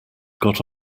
got